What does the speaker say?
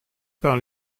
par